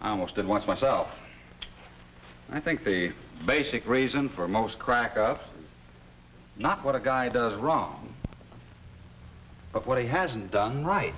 i almost didn't watch myself i think they basic reason for most crack up not what a guy does wrong but what he hasn't done right